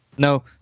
No